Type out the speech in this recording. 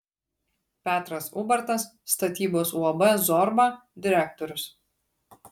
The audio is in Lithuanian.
petras ubartas statybos uab zorba direktorius